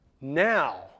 Now